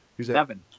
Seven